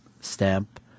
stamp